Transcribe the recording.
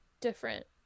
different